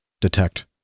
detect